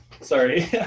Sorry